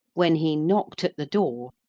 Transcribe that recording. when he knocked at the door,